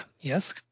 yes